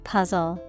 Puzzle